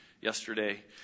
yesterday